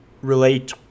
relate